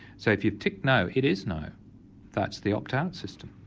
so if you tick no, it is no that's the opt-out system.